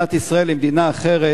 מדינת ישראל למדינה אחרת,